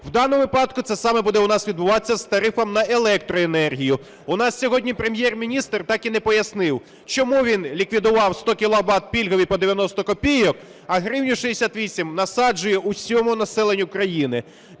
В даному випадку це саме буде у нас відбуватися з тарифом на електроенергію. У нас сьогодні Прем’єр-міністр так і не пояснив, чому він ліквідував 100 кіловат пільгових по 90 копійок, а гривню 68 насаджує усьому населенню країни.